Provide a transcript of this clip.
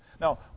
Now